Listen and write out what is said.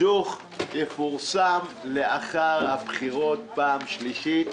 הדוח יפורסם לאחר הבחירות פעם שלישית,